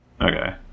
Okay